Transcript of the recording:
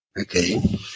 okay